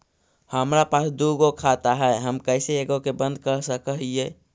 हमरा पास दु गो खाता हैं, हम कैसे एगो के बंद कर सक हिय?